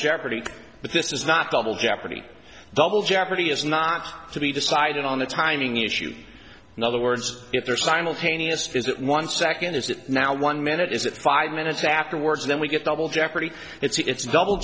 jeopardy but this is not double jeopardy double jeopardy is not to be decided on a timing issue in other words if there simultaneous visit one second is that now one minute is it five minutes afterwards then we get double jeopardy it's